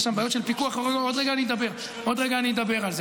יש שם בעיות של פיקוח, עוד רגע אני אדבר על זה.